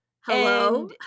hello